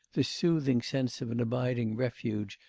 this soothing sense of an abiding refuge,